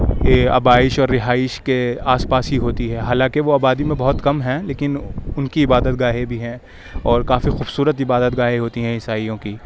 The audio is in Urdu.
کے آبائش اور رہائش کے آس پاس ہی ہوتی ہے حالانکہ وہ آبادی میں بہت کم ہیں لیکن ان کی عبادت گاہیں بھی ہیں اور کافی خوبصورت عبادت گاہیں ہوتی ہیں عیسائیوں کی